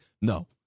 No